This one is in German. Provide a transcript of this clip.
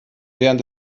während